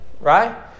right